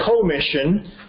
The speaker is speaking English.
commission